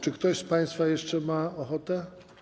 Czy ktoś z państwa jeszcze ma ochotę?